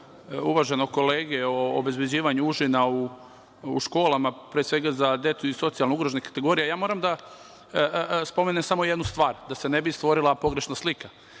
uvaženog kolege o obezbeđivanju užina u školama, pre svega za decu iz socijalno ugroženih kategorija, moram da spomenem samo jednu stvar, da se ne bi stvorila pogrešna slika. Deca